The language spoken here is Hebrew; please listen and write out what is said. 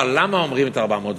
אבל, למה אומרים 400?